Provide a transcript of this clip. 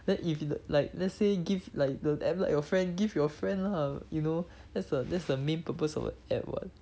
then if you like let's say give like the app like your friend give your friend lah you know that's the that's the main purpose of the app [what]